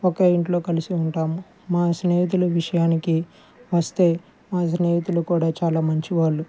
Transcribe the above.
ఒకే ఇంట్లో కలిసి ఉంటాము మా స్నేహితుల విషయానికి వస్తే మా స్నేహితులు కూడా చాలా మంచివాళ్ళు